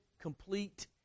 complete